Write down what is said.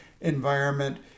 environment